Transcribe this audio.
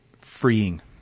freeing